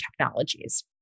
technologies